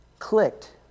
clicked